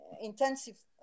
intensive